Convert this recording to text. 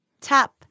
tap